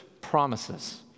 promises